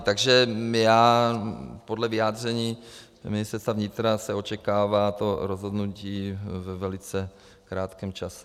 Takže podle vyjádření Ministerstva vnitra se očekává to rozhodnutí ve velice krátkém čase.